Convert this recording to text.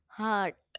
heart